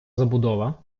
забудова